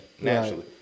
naturally